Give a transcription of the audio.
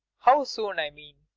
how soon, i mean.